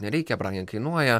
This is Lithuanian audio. nereikia brangiai kainuoja